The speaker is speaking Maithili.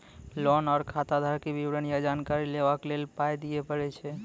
लोन आर खाताक विवरण या जानकारी लेबाक लेल पाय दिये पड़ै छै?